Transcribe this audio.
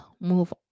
move